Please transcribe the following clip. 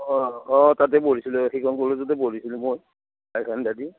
অঁ অঁ তাতে পঢ়িছিলোঁ সেইখন কলেজতে পঢ়িছিলোঁ মই